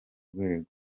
rwego